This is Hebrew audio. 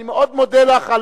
אני מאוד מודה לך.